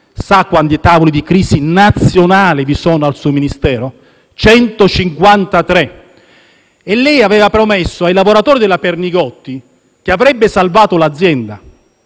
Sa quanti tavoli di crisi nazionali vi sono al suo Ministero? 153. Lei aveva promesso ai lavoratori della Pernigotti che avrebbe salvato l'azienda.